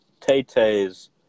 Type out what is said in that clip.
Tay-Tay's